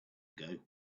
ago